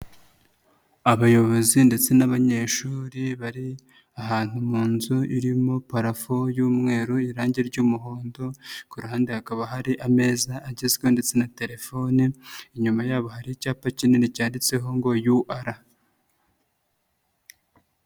Abayobozi ndetse n'abanyeshuri bari ahantu mu nzu irimo parafo y'umweru, irange ry'umuhondo, ku ruhande hakaba hari ameza agezweho ndetse na telefone, inyuma yabo hari icyapa kinini cyanditseho ngo UR.